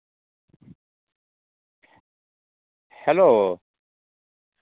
hello